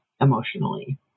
emotionally